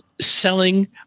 selling